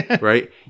right